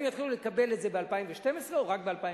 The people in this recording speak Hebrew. האם יתחילו לקבל את זה ב-2012 או רק ב-2013,